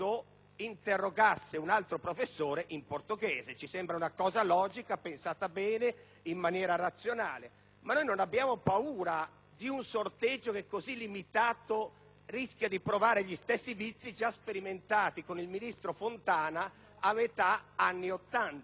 interrogasse un altro professore in portoghese: ci sembra proprio una scelta logica, pensata bene e in maniera razionale. Noi non abbiamo paura di un sorteggio che, così limitato, rischia di provare gli stessi vizi già sperimentati con il ministro Fontana a metà anni Ottanta.